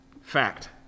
Fact